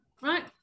Right